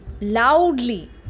loudly